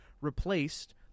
replaced